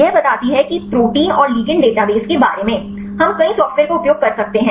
यह बताती है प्रोटीन और लिगंडस डेटाबेस के बारे मैं हम कई सॉफ्टवेयर का उपयोग कर सकते हैं